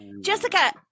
Jessica